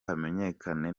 hamenyekane